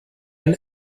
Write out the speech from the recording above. ein